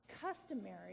customary